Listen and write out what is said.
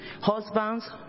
Husbands